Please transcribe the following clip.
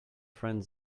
friend